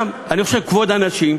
גם כבוד הנשים,